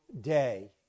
day